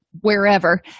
wherever